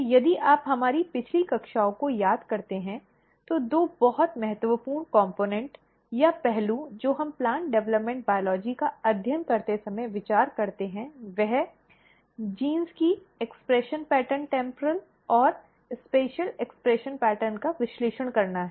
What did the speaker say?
तो यदि आप हमारी पिछली कक्षाओं को याद करते हैं तो दो बहुत महत्वपूर्ण कम्पोनन्ट या पहलू जो हम प्लांट डेवलपमेंटल बायोलॉजी का अध्ययन करते समय विचार करते हैं वह जीन की अभिव्यक्ति पैटर्न टेम्परल और स्पेइशल् अभिव्यक्ति पैटर्न का विश्लेषण करना है